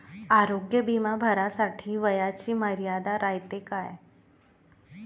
आरोग्य बिमा भरासाठी वयाची मर्यादा रायते काय?